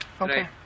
okay